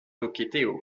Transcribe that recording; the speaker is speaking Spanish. toqueteo